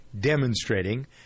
demonstrating